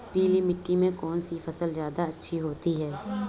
पीली मिट्टी में कौन सी फसल ज्यादा अच्छी होती है?